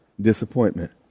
disappointment